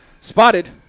Spotted